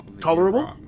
Tolerable